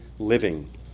living